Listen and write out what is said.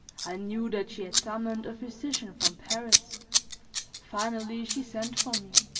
i knew that she had summoned a physician from paris finally, she sent for me.